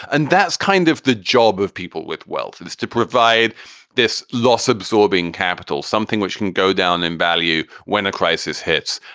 and that's kind of the job of people with wealth to provide this loss absorbing capital, something which can go down in value when a crisis hits.